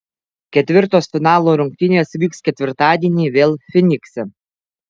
ketvirtos finalo rungtynės vyks ketvirtadienį vėl fynikse